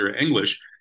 English